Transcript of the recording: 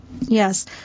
Yes